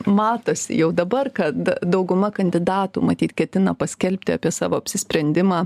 matosi jau dabar kad dauguma kandidatų matyt ketina paskelbti apie savo apsisprendimą